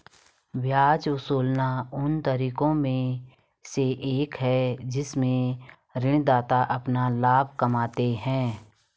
ब्याज वसूलना उन तरीकों में से एक है जिनसे ऋणदाता अपना लाभ कमाते हैं